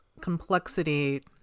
complexity